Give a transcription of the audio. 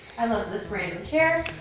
i love this random chair.